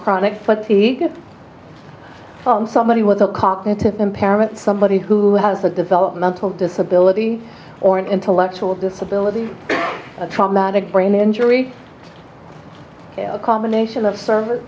chronic fatigue somebody with a cognitive impairment somebody who has a developmental disability or an intellectual disability a traumatic brain injury a combination of serv